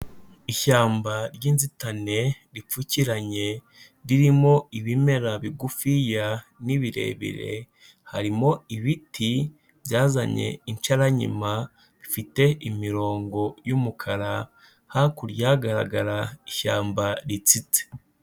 Ishyamba ry'inzitane ripfukiranye ririmo ibimera bigufiya n'ibirebire, harimo ibiti byazanye insharankima bifite imirongo y'umukara, hakurya hagaragara ishyamba ritsitse.